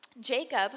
Jacob